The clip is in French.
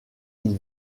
ils